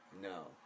No